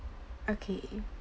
okay